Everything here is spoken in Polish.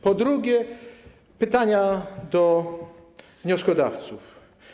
Po drugie, pytania do wnioskodawców.